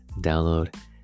download